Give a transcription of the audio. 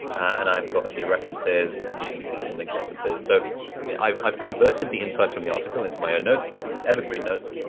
and i've got a few references and you can see some linked references. so i've i've converted the insights from the article into my own notes, into these evergreen notes.